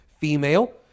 female